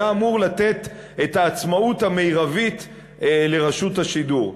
לתת את העצמאות המרבית לרשות השידור.